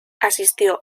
asistió